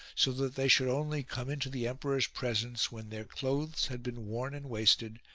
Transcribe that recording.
so that they should only come into the emperor's presence when their clothes had been worn and wasted,